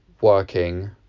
working